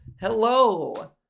Hello